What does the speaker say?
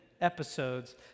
Episodes